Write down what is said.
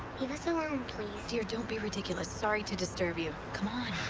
leave us alone, please. dear, don't be ridiculous. sorry to disturb you. come on.